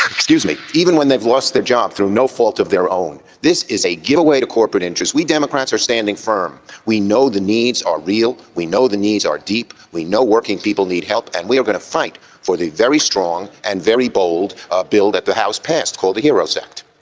excuse me even when they've lost their job through no fault of their own. this is a giveaway to corporate interests. we democrats are standing firm we know the needs are real we know the needs are deep we know working people need help and we are going to fight for the very strong and very bold ah bill that the house passed called the heraos act.